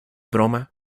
broma